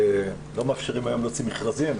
לא מאפשרים היום להוציא מכרזים,